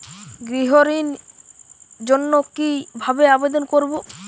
গৃহ ঋণ জন্য কি ভাবে আবেদন করব?